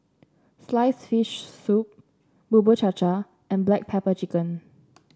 sliced fish soup Bubur Cha Cha and Black Pepper Chicken